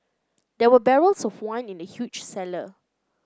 there were barrels of wine in the huge cellar